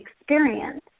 experience